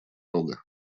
рога